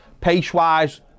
Pace-wise